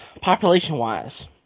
population-wise